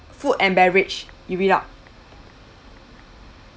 food and beverage you read out